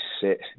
sit